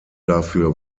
dafür